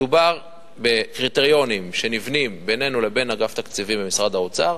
מדובר בקריטריונים שנבנים בינינו לבין אגף התקציבים במשרד האוצר,